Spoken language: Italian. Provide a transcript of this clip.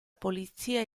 polizia